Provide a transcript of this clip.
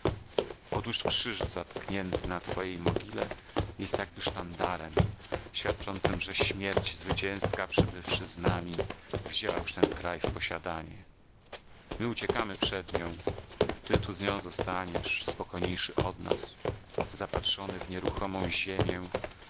oto krzyż zatknięty na twojej mogile jest jakby sztandarem świadczącym że śmierć zwycięska przybywszy z nami wzięła już ten kraj w posiadanie my uciekamy przed nią ty tu z nią zostaniesz spokojniejszy od nas zapatrzony w nieruchomą ziemię